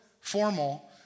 formal